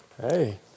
Hey